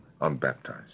unbaptized